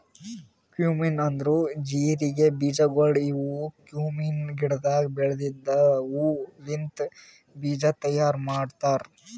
cumin ಅಂದುರ್ ಜೀರಿಗೆ ಬೀಜಗೊಳ್ ಇವು ಕ್ಯುಮೀನ್ ಗಿಡದಾಗ್ ಬೆಳೆದಿದ್ದ ಹೂ ಲಿಂತ್ ಬೀಜ ತೈಯಾರ್ ಮಾಡ್ತಾರ್